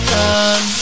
time